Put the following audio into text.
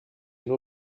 nur